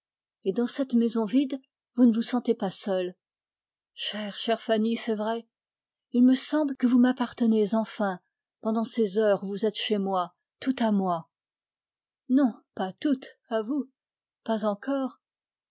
et dans cette maison vide vous ne vous sentez pas seul chère chère fanny c'est vrai il me semble que vous m'appartenez enfin pendant ces heures où vous êtes toute à moi non pas toute à vous pas encore